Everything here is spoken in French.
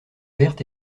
verte